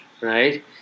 right